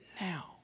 Now